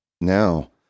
Now